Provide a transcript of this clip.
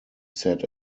sat